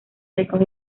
secos